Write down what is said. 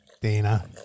Dana